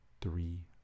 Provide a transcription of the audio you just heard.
three